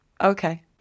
Okay